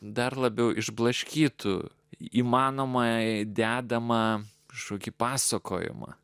dar labiau išblaškytų įmanomai dedamą šukį pasakojimą